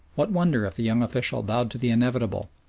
what wonder if the young official bowed to the inevitable,